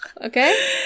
Okay